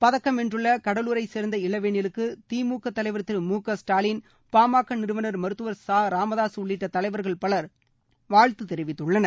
பதக்கம் வென்றுற்றகடலூரை சேர்ந்த இளவேனிலுக்கு திமுக தலைவர் திரு மு க ஸ்டாலின் பாமக நிறுவனர் மருத்துவர் ச ராமதாசு உள்ளிட்ட தலைவர்கள் பலர் வாழ்த்து தெரிவித்துள்ளனர்